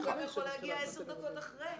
הוא גם יכול להגיע 10 דקות אחרי.